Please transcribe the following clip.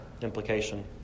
implication